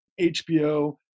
HBO